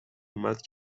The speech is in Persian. اومد